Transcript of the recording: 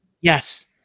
Yes